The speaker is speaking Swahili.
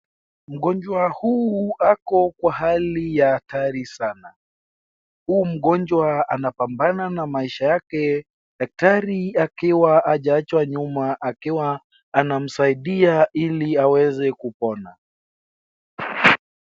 Mgonjwa huu ako kwa hali ya hatari sana. Huu mgonjwa anapambana na maisha yake, daktari akiwa hajawachwa nyuma akiwa anamsaidia ili aweze kupona.